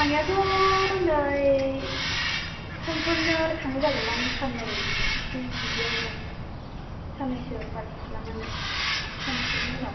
थांनायाथ' नै समफोरनो थांनाय जागोनदां साननै बिदियावनो साननैसो बास खालामनानै साननैसोनि उनाव